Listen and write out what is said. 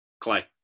Clay